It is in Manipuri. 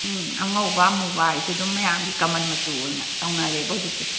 ꯎꯝ ꯑꯉꯧꯕ ꯑꯃꯨꯕ ꯍꯥꯏꯁꯦ ꯑꯗꯨꯝ ꯃꯌꯥꯝꯒꯤ ꯀꯃꯟ ꯃꯆꯨ ꯑꯣꯏꯅ ꯇꯧꯅꯔꯦꯕ ꯍꯧꯖꯤꯛꯁꯦ